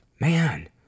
man